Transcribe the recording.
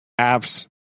apps